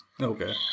Okay